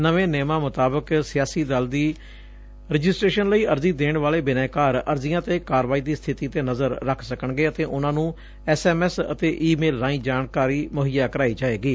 ਨਵੇਂ ਨਿਯਮਾਂ ਮੁਤਾਬਕ ਸਿਆਸੀ ਦਲ ਦੀ ਰਜਿਸਟ੍ਰੇਸ਼ਨ ਲਈ ਅਰਜ਼ੀ ਦੇਣ ਵਾਲੇ ਬਿਨੈਕਾਰ ਅਰਜ਼ੀਆ ਤੇ ਕਾਰਵਾਈ ਦੀ ਸਬਿਤੀ ਤੇ ਨਜ਼ਰ ਰੱਖ ਸਕਣਗੇ ਅਤੇ ਉਨ੍ਹਾ ਨ੍ਰੰ ਐਸ ਐਮ ਐਸ ਅਡੇ ਈ ਮੇਲ ਰਾਹੀ ਇਹ ਜਾਣਕਾਰੀ ਮੁਹੱਈਆ ਕਰਾਈ ਜਾਏਗੀ